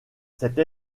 cette